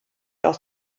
aus